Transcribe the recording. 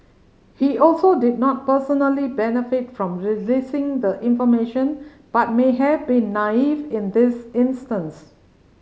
he also did not personally benefit from releasing the information but may have been naive in this instance